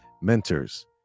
mentors